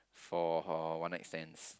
for a one night stands